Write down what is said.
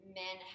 men